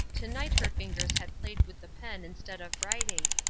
to-night her fingers had played with the pen instead of writing,